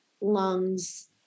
lungs